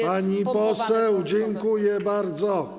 Pani poseł, dziękuję bardzo.